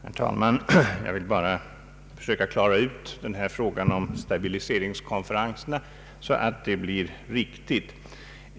Herr talman! Jag vill bara söka klara ut frågan om stabiliseringskonferenserna, så att det blir riktigt.